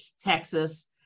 Texas